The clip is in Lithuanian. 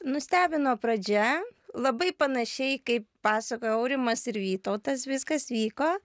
nustebino pradžia labai panašiai kaip pasakojo aurimas ir vytautas viskas vyko